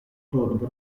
claude